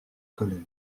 colère